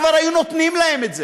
כבר היו נותנים להם את זה,